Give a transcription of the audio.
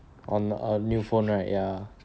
on a new phone right ya